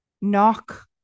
knock